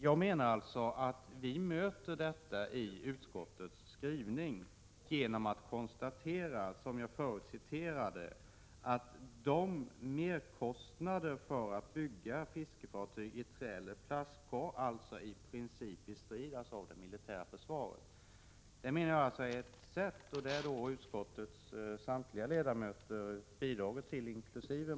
Vi har bemött detta i utskottsskrivningen genom att konstatera, som jag nämnde förut, att merkostnaderna för att bygga fiskefartyg av trä eller plast i princip skall bestridas av det militära försvaret. Det är ett sätt. Utskottets samtliga ledamöter inkl.